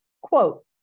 quote